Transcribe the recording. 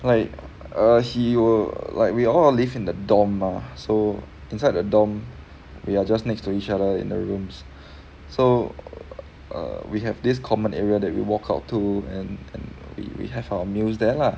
like err he will like we all live in the dorm mah so inside the dorm we are just next to each other in the rooms so err we have this common area that we walked out to and and we have our meals there lah